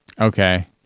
Okay